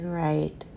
right